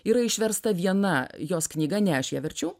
yra išversta viena jos knyga ne aš ją verčiau